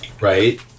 right